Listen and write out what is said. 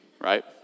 right